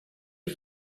you